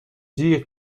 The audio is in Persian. جیغ